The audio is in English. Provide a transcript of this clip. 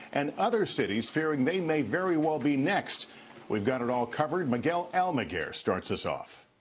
and other cities fearing they may very well be next we've got it all covered. miguel almaguer starts us off